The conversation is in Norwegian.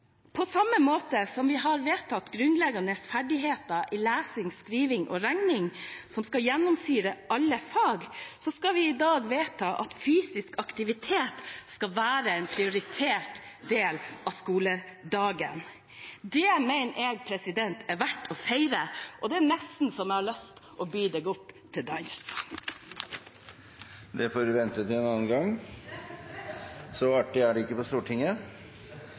på samme måte som vi har vedtatt grunnleggende ferdigheter i lesing, skriving og regning, som skal gjennomsyre alle fag – at fysisk aktivitet skal være en prioritert del av skoledagen. Det mener jeg er verd å feire, president, og det er nesten så jeg har lyst til å by deg opp til dans. Det får vente til en annen gang. Så artig er det ikke på Stortinget.